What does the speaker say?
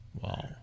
Wow